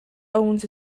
owns